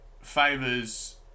Favors